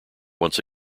once